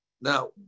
Now